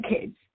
kids